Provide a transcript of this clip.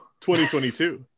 2022